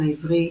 "העברי",